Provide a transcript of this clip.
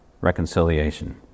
reconciliation